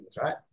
right